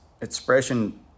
expression